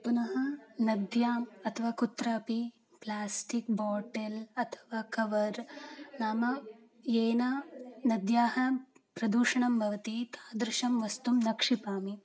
पुनः नद्याम् अथवा कुत्रापि प्लास्टिक् बोटल् अथवा कवर् नाम येन नद्याः प्रदूषणं भवति तादृशं वस्तु न क्षिपामि